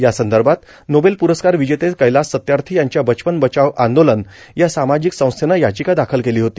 यासंदर्भात नोबेल पुरस्कार विजेते कैलास सत्यार्थी यांच्या बचपन बचाओ आंदोलन या सामाजिक संस्थेनं याचिका दाखल केली होती